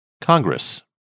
Congress